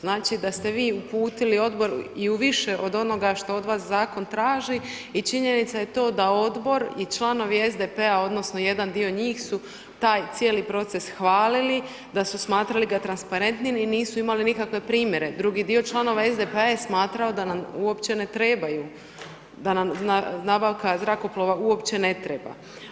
Znači da ste vi uputili odbor i u više od onoga što od vas zakon traži i činjenica je to da odbor i članovi SDP-a odnosno jedan dio njih su taj cijeli proces hvalili, da su smatrali ga transparentnim i nisu imali nikakve primjere, drugi dio članova SDP-a je smatrao da nam uopće ne trebaju, da nam nabavka zrakoplova uopće ne treba.